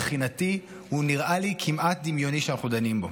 מבחינתי, הסיפור הזה שאנחנו דנים בו